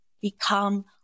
become